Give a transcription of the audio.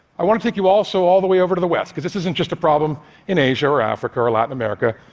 i want to take you also all the way over to the west, because this isn't just a problem in asia or africa or latin america,